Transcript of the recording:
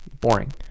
Boring